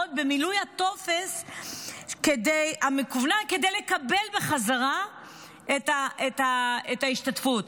במילוי הטופס המקוון כדי לקבל בחזרה את ההשתתפות.